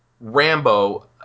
Rambo